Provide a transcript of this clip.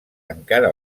encara